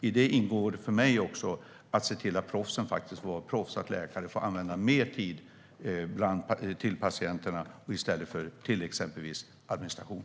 I det ingår för mig att se till att proffsen faktiskt får vara proffs, att läkarna får mer tid för patienterna i stället för till administration.